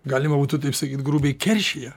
galima būtų taip sakyt grubiai keršija